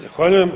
Zahvaljujem.